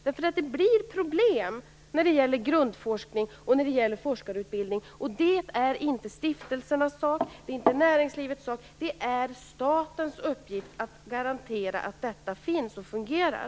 Det blir problem när det gäller grundforskning och forskarutbildning, och det är inte stiftelsernas och näringslivets sak. Det är statens uppgift att garantera att detta fungerar.